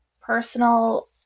personal